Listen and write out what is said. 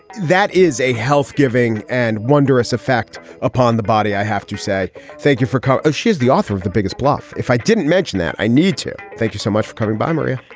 that is a health giving and wonderous effect upon the body, i have to say thank you for. kind of she is the author of the biggest bluff. if i didn't mention that, i need to. thank you so much for coming by, maria.